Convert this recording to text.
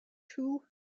two